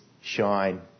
shine